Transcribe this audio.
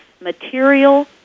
material